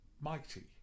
mighty